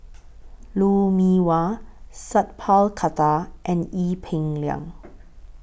Lou Mee Wah Sat Pal Khattar and Ee Peng Liang